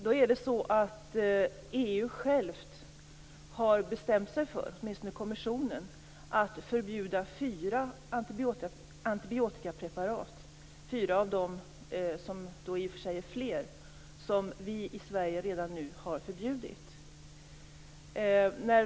EU-kommissionen har bestämt sig för att förbjuda fyra av de i och för sig fler antibiotikapreparat som vi i Sverige redan har förbjudit.